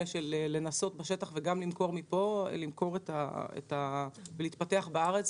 של לנסות בשטח וגם למכור מכאן ולהתפתח בארץ,